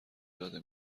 داده